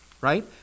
Right